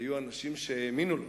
היו אנשים שהאמינו לו.